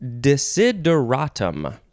desideratum